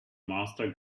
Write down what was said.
master